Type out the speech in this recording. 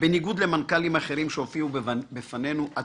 שהופיעו בפנינו,